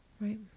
right